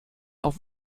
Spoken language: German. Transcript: auf